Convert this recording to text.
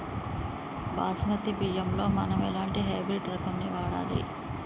బాస్మతి బియ్యంలో మనం ఎలాంటి హైబ్రిడ్ రకం ని వాడాలి?